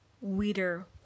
Weeder